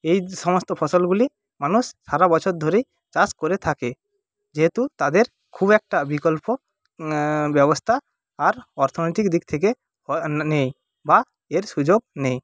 এই সমস্ত ফসলগুলি মানুষ সারা বছর ধরেই চাষ করে থাকে যেহেতু তাদের খুব একটা বিকল্প ব্যবস্থা আর অর্থনৈতিক দিক থেকে নেই বা এর সুযোগ নেই